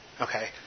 okay